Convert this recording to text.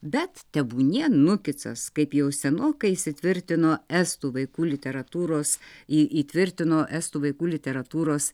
bet tebūnie nukitsas kaip jau senokai įsitvirtino estų vaikų literatūros į įtvirtino estų vaikų literatūros